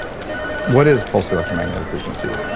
what is pulse electromagnetic frequency?